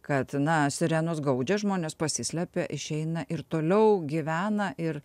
kad na sirenos gaudžia žmonės pasislepia išeina ir toliau gyvena ir